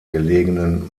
gelegenen